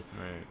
Right